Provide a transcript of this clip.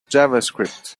javascript